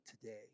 today